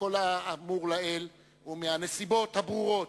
מכל האמור לעיל ומהנסיבות הברורות,